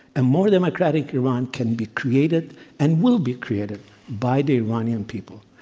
a more democratic iran can be created and will be created by the iranian people.